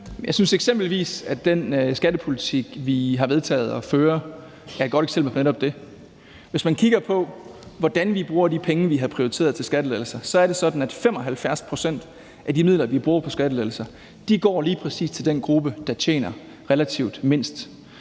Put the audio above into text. Jeg synes, at den skattepolitik, vi har vedtaget at føre, er et godt eksempel på netop det. Hvis man kigger på, hvordan vi bruger de penge, vi har prioriteret til skattelettelser, er det sådan, at 75 pct. af de midler, vi bruger på skattelettelser, går lige præcis til den gruppe, der tjener relativt mindst.